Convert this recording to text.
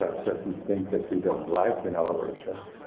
ah so things that we don't like in our workshops.